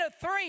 three